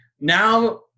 now